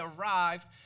arrived